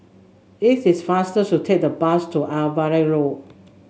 it is faster to take the bus to Avery Lodge